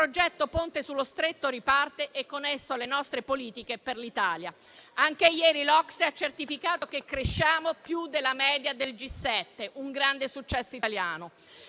il progetto Ponte sullo Stretto riparte e con esso le nostre politiche per l'Italia. Anche ieri l'OCSE ha certificato che cresciamo più della media del G7: un grande successo italiano.